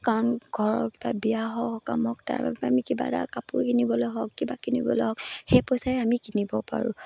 কাৰণ ঘৰৰ কিবা বিয়া হওক কাম তাৰ বাবে আমি কিবা এটা কাপোৰ কিনিবলৈ হওক কিবা কিনিবলৈ হওক সেই পইচাৰে আমি কিনিব পাৰোঁ